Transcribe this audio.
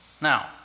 Now